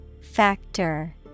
Factor